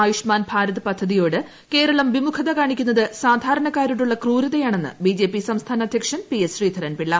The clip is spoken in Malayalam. ആയുഷ്മാൻ ഭാരത് പദ്ധതിയോട് കേരളം വിമുഖത കാണിക്കുന്നത് സാധാരണക്കാരോടുള്ള ക്രൂരതയാണെന്ന് ബി ജെ പി സംസ്ഥാന അധ്യക്ഷൻ പി എസ് ശ്രീധരൻപിള്ള